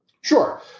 sure